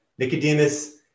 Nicodemus